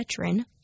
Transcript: veteran